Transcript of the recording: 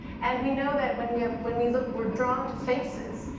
and we know that when we ah when we look, we're drawn to faces.